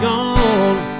Gone